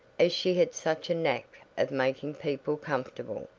as she had such a knack of making people comfortable.